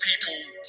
people